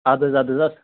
اَدٕ حظ اَدٕ حظ